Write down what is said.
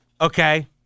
Okay